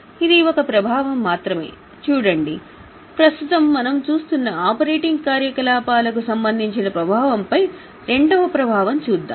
ఇది ఒక ప్రభావం మాత్రమే చూడండి ప్రస్తుతం మనం చూస్తున్న ఆపరేటింగ్ కార్యకలాపాలకు సంబంధించిన ప్రభావంపై రెండవ ప్రభావం చూద్దాం